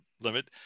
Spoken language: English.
limit